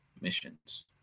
missions